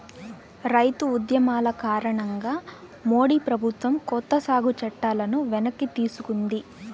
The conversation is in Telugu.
రైతు ఉద్యమాల కారణంగా మోడీ ప్రభుత్వం కొత్త సాగు చట్టాలను వెనక్కి తీసుకుంది